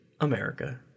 America